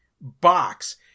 box